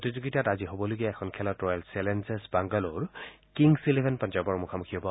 প্ৰতিযোগিতাত আজি হ'বলগীয়া এখন খেলত Royal Challengers Bangalore Kings Eleven পঞ্জাবৰ মুখামুখী হ'ব